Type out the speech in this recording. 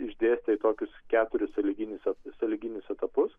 išdėstę į tokius keturis sąlyginius sąlyginius etapus